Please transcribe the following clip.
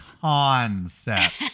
concept